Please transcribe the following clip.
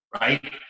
Right